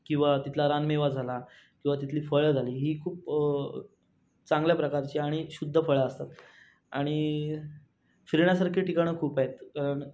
किंवा तिथला रानमेवा झाला किंवा तिथली फळं झाली ही खूप चांगल्या प्रकारची आणि शुद्ध फळं असतात आणि फिरण्यासारखे ठिकाणं खूप आहेत कारण